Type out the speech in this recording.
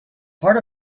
part